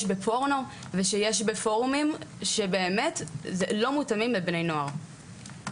בפורנו ושיש בפורומים שבאמת לא מותאמים לבני נוער.